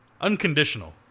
Unconditional